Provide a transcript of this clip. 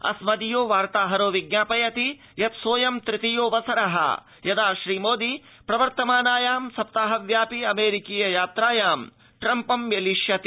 अस्मदीयो वार्ताहरो विज्ञापयति यत् सोऽयं तृतीयोऽवसरः यदा श्रीमोदी प्रवर्तमानायां सप्ताहव्याप्यमेरिकीय यात्रायां ट्रम्पं मेलिष्यति